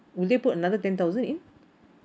will they put another ten thousand in